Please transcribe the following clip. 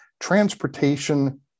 Transportation